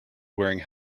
wearing